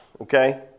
okay